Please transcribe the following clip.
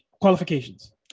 Qualifications